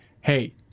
hey